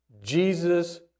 Jesus